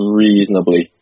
reasonably